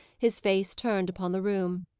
his face turned upon the room.